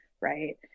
right